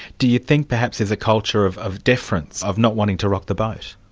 do you think perhaps there's a culture of of deference, of not wanting to rock the boat?